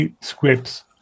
scripts